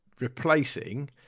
Replacing